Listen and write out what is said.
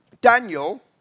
Daniel